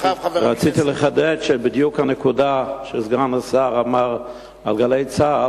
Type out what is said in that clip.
רציתי לחדד בדיוק את הנקודה שסגן השר אמר על "גלי צה"ל".